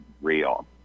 real